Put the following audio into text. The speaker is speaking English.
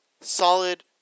solid